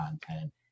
content